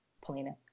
polina